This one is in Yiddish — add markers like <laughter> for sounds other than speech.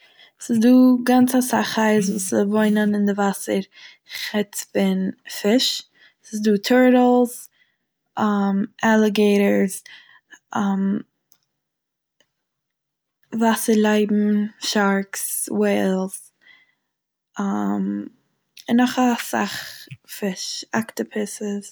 ס'דא גאנץ א סאך חיות וואס ס'וואוינען אין די וואסער חוץ פון פיש, ס'איז דא טורטעל'ס <hesitation> אליגעיטער'ס, <hesitation> וואסער לייב'ן שארק'ס וועיל'ס, <hesitation> און נאך א סאך פיש אקטעיפוסעס.